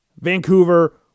Vancouver